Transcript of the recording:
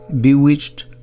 bewitched